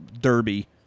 derby